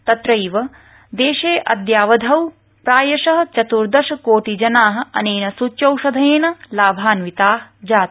तंत्रैव देशे अद्यावधौ प्रायश चत्र्दश कोटि जना अनेन सूच्यौषधेन लाभान्विता जाता